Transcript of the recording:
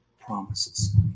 promises